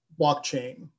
blockchain